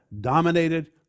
dominated